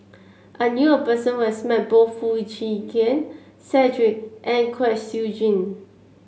I knew a person who has met both Foo Chee Keng Cedric and Kwek Siew Jin